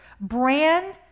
brand